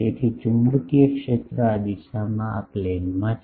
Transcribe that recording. તેથી ચુંબકીય ક્ષેત્ર આ દિશામાં આ પ્લેનમાં છે